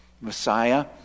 Messiah